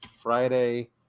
Friday